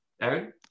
Aaron